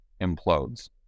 implodes